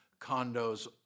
condos